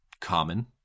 Common